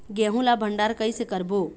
गेहूं ला भंडार कई से करबो?